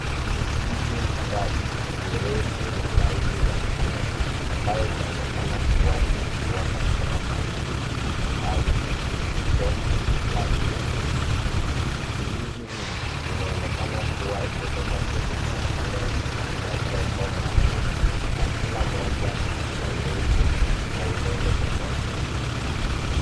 Mizizi mitatu mirefu na laini ya mimea ambayo inaonekana kuwa inakua katika maji au sululisho la virutubisho. Mizizi hii inaonekana kuwa imetoka kwenye mashimo ya chombo maalum na kila moja kuna urefu na unene tofauti.